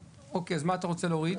אוקיי, אז מה אתה רוצה להוריד?